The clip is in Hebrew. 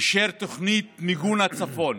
תוכנית מיגון הצפון